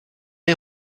est